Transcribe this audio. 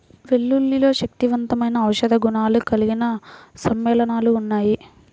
వెల్లుల్లిలో శక్తివంతమైన ఔషధ గుణాలు కలిగిన సమ్మేళనాలు ఉన్నాయి